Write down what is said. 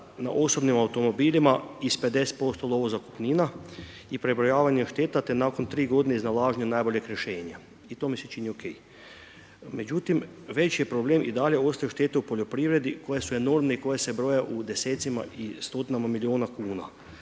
na osobnim automobilima i s 50% lovozakupnina i prebrojavanje šteta te nakon 3 godine iznalaženja najboljeg rješenja i to mi se čini OK. Međutim, veći je problem i dalje ostaju štete u poljoprivredi koje su enormne i koje se broje u desecima i stotinama milijuna kuna.